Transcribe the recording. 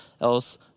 else